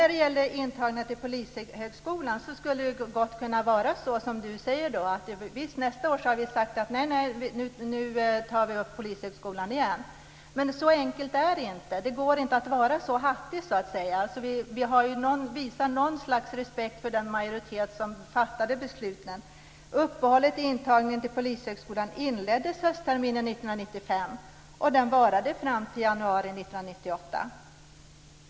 När det gäller intagningarna till Polishögskolan skulle det gott kunna vara så som Kia Andreasson säger, nämligen att vi säger att vi tar upp Polishögskolan nästa år igen. Men det är inte så enkelt. Det går inte att vara så hattig. Vi måste visa någon slags respekt för den majoritet som fattade besluten. Uppehållet i intagningen till Polishögskolan inleddes höstterminen 1995, och det varade fram till januari 1998.